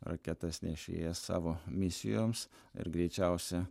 raketas nešėjas savo misijoms ir greičiausia